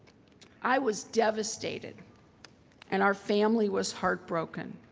i was devastated and our family was heartbroken.